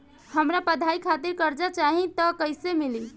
हमरा पढ़ाई खातिर कर्जा चाही त कैसे मिली?